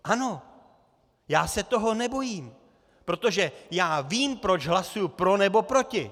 Ano, já se toho nebojím, protože já vím, proč hlasuji pro, nebo proti.